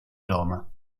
roma